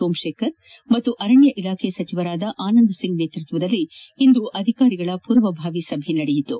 ಸೋಮಶೇಖರ್ ಹಾಗೂ ಅರಣ್ಣ ಇಲಾಖೆ ಸಚಿವರಾದ ಆನಂದ್ ಒಂಗ್ ನೇತೃತ್ವದಲ್ಲಿ ಇಂದು ಅಧಿಕಾರಿಗಳೊಂದಿಗೆ ಪೂರ್ವಭಾವಿ ಸಭೆ ನಡೆಯಿತು